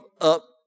up